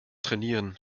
trainieren